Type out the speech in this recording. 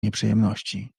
nieprzyjemności